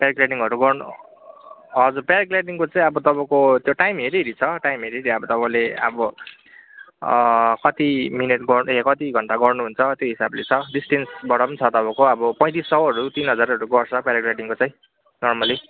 प्याराग्ल्याइडिङहरू गर्नु हजुर प्याराग्ल्याइडिङको चाहिँ अब तपाईँको त्यो टाइम हेरी हेरी छ टाइम हेरी हेरी अब तपाईँले अब कति मिनट गर्ने ए कति घन्टा गर्नु हुन्छ त्यो हिसाबले छ डिस्टेन्सबाट पनि छ तपाईँको अब पैँतिस सौहरू तिन हजारहरू गर्छ प्याराग्ल्याइडिङको चाहिँ नर्मल्ली